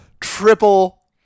triple